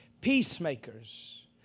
peacemakers